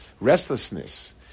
restlessness